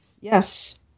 Yes